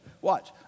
Watch